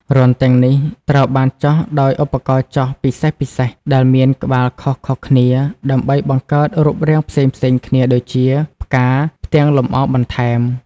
រន្ធទាំងនេះត្រូវបានចោះដោយឧបករណ៍ចោះពិសេសៗដែលមានក្បាលខុសៗគ្នាដើម្បីបង្កើតរូបរាងផ្សេងៗគ្នាដូចជាផ្កា ផ្ទាំងលម្អបន្ថែម។